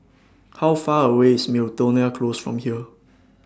How Far away IS Miltonia Close from here